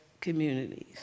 communities